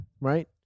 Right